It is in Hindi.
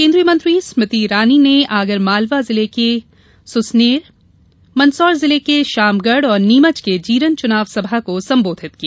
केन्द्रीय मंत्री स्मृति ईरानी ने आगर मालवा जिले की सुसनेर मंदसौर जिले के श्यामगढ़ और नीमच के जीरण चुनाव सभा को संबोधित किया